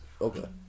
Okay